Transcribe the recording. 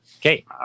Okay